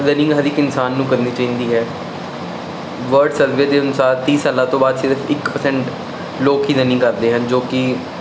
running ਹਰ ਇੱਕ ਇਨਸਾਨ ਨੂੰ ਕਰਨੀ ਚਾਹੀਦੀ ਹੈ ਵਰਡ ਸਰਵੇ ਦੇ ਅਨੁਸਾਰ ਤੀਹ ਸਾਲਾਂ ਤੋਂ ਬਾਅਦ ਸਿਰਫ ਇੱਕ ਪ੍ਰਸੈਂਟ ਲੋਕੀ ਰਨਿੰਗ ਕਰਦੇ ਹਨ ਜੋ ਕਿ